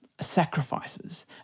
sacrifices